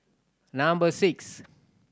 number six